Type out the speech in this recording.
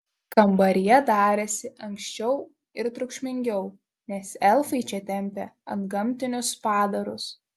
kambaryje darėsi ankščiau ir triukšmingiau nes elfai čia tempė antgamtinius padarus